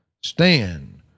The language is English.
stand